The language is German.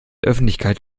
öffentlichkeit